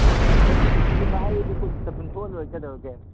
ꯍꯣꯏ ꯍꯣꯏ ꯍꯟꯗꯛꯇꯤ ꯅꯣꯏꯒꯤ ꯚꯥꯏ ꯄꯣꯟꯊꯣꯛꯑ ꯂꯣꯏꯔꯦ ꯀꯩꯗꯧꯒꯦ